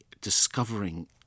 discovering